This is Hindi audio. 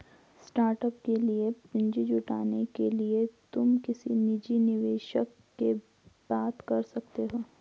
स्टार्टअप के लिए पूंजी जुटाने के लिए तुम किसी निजी निवेशक से बात कर सकते हो